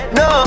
no